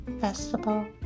Festival